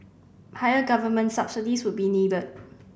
higher government subsidies would be needed